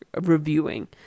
reviewing